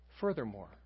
Furthermore